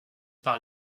par